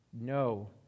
no